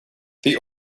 the